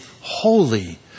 holy